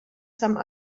some